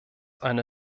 eine